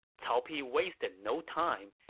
cao pi wasted no time,